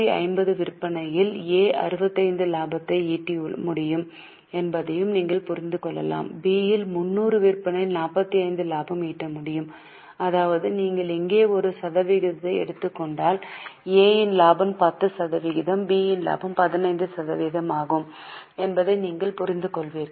650 விற்பனையில் A 65 லாபத்தை ஈட்ட முடியும் என்பதை நீங்கள் புரிந்துகொள்கிறீர்கள் B 300 விற்பனையில் 45 இலாபம் ஈட்ட முடியும் அதாவது நீங்கள் இங்கே ஒரு சதவீதத்தை எடுத்துக் கொண்டால் A இன் லாபம் 10 சதவிகிதம் B இன் லாபம் 15 சதவிகிதம் என்பதை நீங்கள் புரிந்துகொள்வீர்கள்